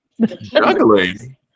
juggling